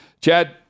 Chad